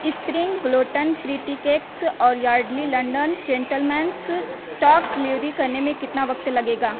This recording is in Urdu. spring gluten free tea cakes اور Yardley London gentleman's talc delivery کرنے میں کتنا وقت لگے گا